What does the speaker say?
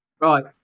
Right